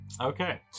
Okay